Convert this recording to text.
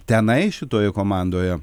tenai šitoje komandoje